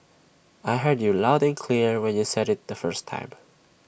I heard you loud and clear when you said IT the first time